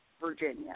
Virginia